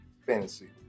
fantasy